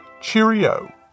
Cheerio